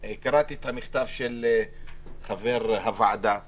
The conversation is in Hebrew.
קראתי את המכתב של חבר הוועדה לשעבר,